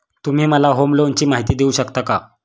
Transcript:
तुम्ही मला होम लोनची माहिती देऊ शकता का?